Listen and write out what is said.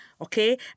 okay